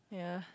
yea